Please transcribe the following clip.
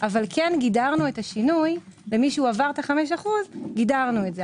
אבל כן גידרנו את השינוי למי שעבר את ה-5% - גידרנו את זה.